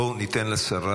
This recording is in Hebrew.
בואו ניתן לשרה,